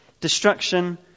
destruction